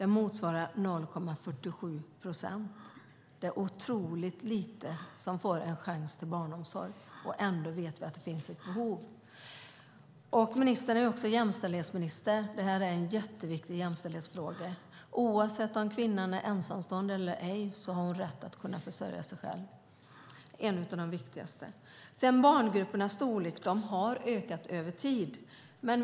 Det motsvarar 0,47 procent. Det är otroligt få som får chans till barnomsorg, och ändå vet vi att det finns ett behov. Ministern är också jämställdhetsminister, och detta är en jätteviktig jämställdhetsfråga. Oavsett om kvinnan är ensamstående eller ej har hon rätt att försörja sig själv. Det är en av de viktigaste frågorna. När det gäller barngruppernas storlek har de ökat över tid.